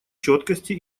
четкости